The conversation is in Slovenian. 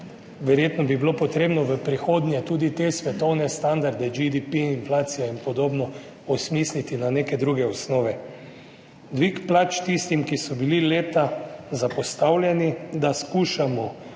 Verjetno bi bilo treba v prihodnje tudi te svetovne standarde, GDP, inflacija in podobno, osmisliti na neke druge osnove. Dvig plač tistim, ki so bili leta zapostavljeni – skušamo